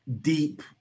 deep